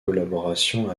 collaborations